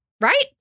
right